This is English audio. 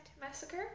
massacre